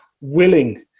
willing